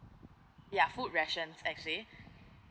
ya food ration actually